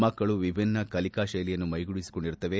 ಮಕ್ಕಳು ವಿಭಿನ್ನ ಕಲಿಕಾ ಶೈಲಿಯನ್ನು ಮೈಗೂಡಿಸಿಕೊಂಡಿರುತ್ತವೆ